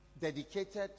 dedicated